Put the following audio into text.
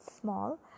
small